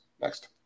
Next